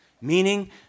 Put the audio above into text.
Meaning